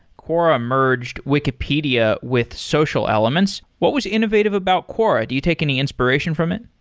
quora merged wikipedia with social elements. what was innovative about quora? do you take any inspiration from it?